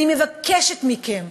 אני מבקשת מכם,